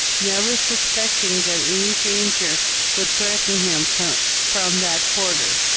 never suspecting that any danger would threaten him from that quarter.